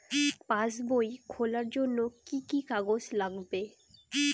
পাসবই খোলার জন্য কি কি কাগজ লাগবে?